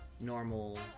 normal